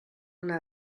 una